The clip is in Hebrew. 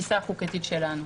בתפיסה החוקתית שלנו.